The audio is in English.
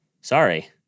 Sorry